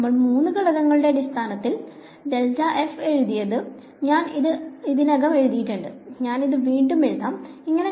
നമ്മൾ മൂന്ന് ഘടകങ്ങളുടെ അടിസ്ഥാനത്തിൽ എഴുതിയിട്ടുണ്ട് ഞാൻ ഇത് ഇതിനകം എഴുതിയിട്ടുണ്ട് ഞാൻ ഇത് വീണ്ടും എഴുതാം ഇങ്ങനെ